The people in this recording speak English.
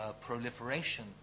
proliferation